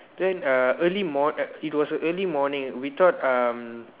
then uh early morn~ uh it was a early morning we thought um